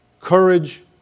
courage